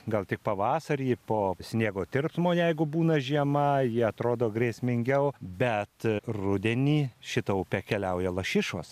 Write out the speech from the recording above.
gal tik pavasarį po sniego tirpsmo jeigu būna žiema ji atrodo grėsmingiau bet rudenį šita upe keliauja lašišos